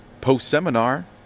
post-seminar